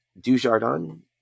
Dujardin